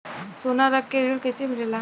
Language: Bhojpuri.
सोना रख के ऋण कैसे मिलेला?